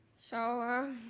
so i